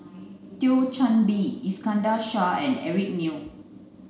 Thio Chan Bee Iskandar Shah and Eric Neo